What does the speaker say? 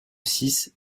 six